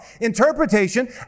Interpretation